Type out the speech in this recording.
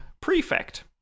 prefect